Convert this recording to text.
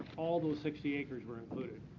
all those sixty acres were included.